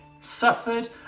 suffered